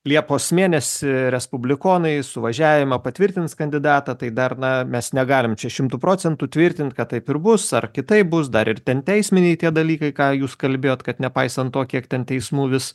liepos mėnesį respublikonai suvažiavimą patvirtins kandidatą tai dar na mes negalime čia šimtu procentų tvirtint kad taip ir bus ar kitaip bus dar ir ten teisminiai tie dalykai ką jūs kalbėjot kad nepaisant to kiek ten teismų vis